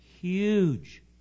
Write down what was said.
huge